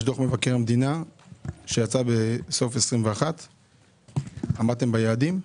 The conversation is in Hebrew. יש דוח מבקר המדינה שיצא בסוף 2021. עמדתם ביעדים?